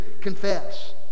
confess